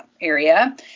area